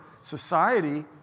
society